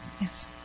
Yes